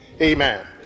Amen